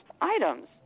items